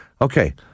Okay